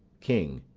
king.